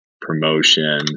promotion